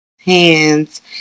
hands